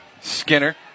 Skinner